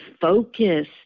focus